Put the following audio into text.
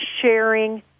sharing